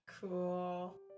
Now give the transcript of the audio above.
Cool